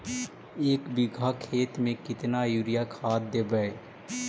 एक बिघा खेत में केतना युरिया खाद देवै?